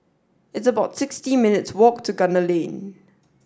it's about sixty minutes' walk to Gunner Lane